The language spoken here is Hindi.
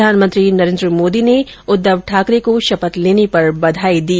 प्रधानमंत्री नरेन्द्र मोदी ने उद्धव ठाकरे को शपथ लेने पर बधाई दी